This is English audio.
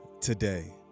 today